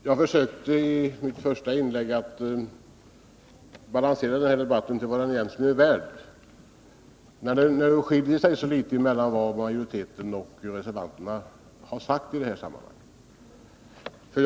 Herr talman! Jag försökte i mitt första inlägg att balansera denna debatt till vad den egentligen är värd, när det nu skiljer så litet mellan vad majoriteten och reservanterna har sagt i detta sammanhang.